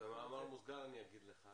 במאמר מוסגר אני אומר לך